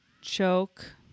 choke